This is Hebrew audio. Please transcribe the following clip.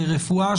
רפואה,